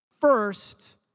first